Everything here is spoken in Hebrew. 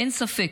אין ספק,